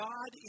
God